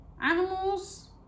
animals